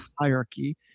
hierarchy